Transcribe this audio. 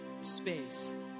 space